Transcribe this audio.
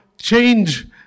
change